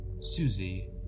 Susie